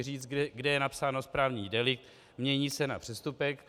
Říct, kde je napsáno správní delikt, mění se na přestupek.